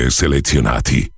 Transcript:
selezionati